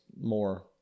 more